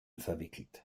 verwickelt